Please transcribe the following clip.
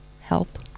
help